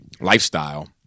lifestyle